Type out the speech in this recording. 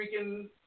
freaking